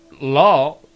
law